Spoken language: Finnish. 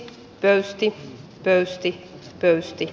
pöysti pöysti pöysti